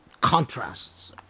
contrasts